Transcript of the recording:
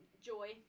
joy